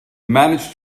managed